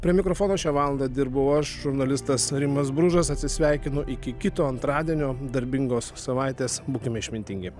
prie mikrofono šią valandą dirbau aš žurnalistas rimas bružas atsisveikinu iki kito antradienio darbingos savaitės būkime išmintingi